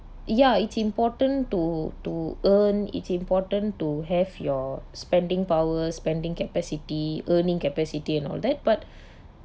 ya it's important to to earn it's important to have your spending power spending capacity earning capacity and all that but